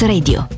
Radio